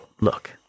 look